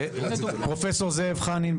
פרופ' זאב חנין.